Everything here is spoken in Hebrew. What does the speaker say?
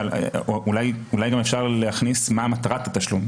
אולי גם אפשר להכניס גם מהי מטרת התשלום.